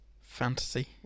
fantasy